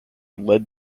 led